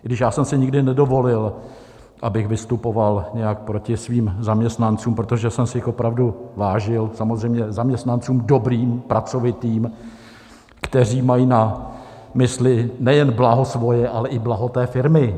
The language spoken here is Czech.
I když já jsem si nikdy nedovolil, abych vystupoval nějak proti svým zaměstnancům, protože jsem si jich opravdu vážil, samozřejmě zaměstnanců dobrých, pracovitých, kteří mají na mysli nejen blaho svoje, ale i blaho té firmy.